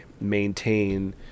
maintain